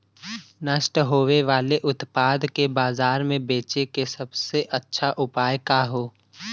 नष्ट होवे वाले उतपाद के बाजार में बेचे क सबसे अच्छा उपाय का हो?